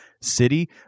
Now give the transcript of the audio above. city